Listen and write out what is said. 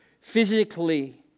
physically